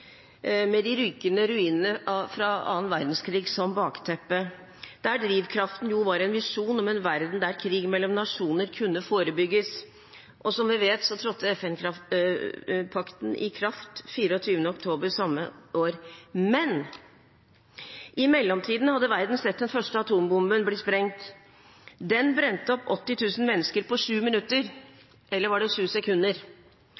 med de rykende ruinene fra annen verdenskrig som bakteppe, der drivkraften var en visjon om en verden der krig mellom nasjoner kunne forebygges. Og som vi vet, trådte FN-pakten i kraft 24. oktober samme år. Men i mellomtiden hadde verden sett den første atombomben bli sprengt. Den brente opp 80 000 mennesker på 7 minutter, eller var det 7 sekunder.